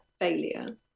failure